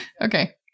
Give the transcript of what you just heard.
Okay